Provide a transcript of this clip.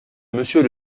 monsieur